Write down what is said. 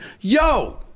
Yo